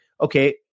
okay